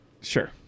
Sure